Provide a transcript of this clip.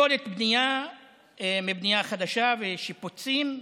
פסולת הבנייה מבנייה חדשה ושיפוצים,